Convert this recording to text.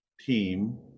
team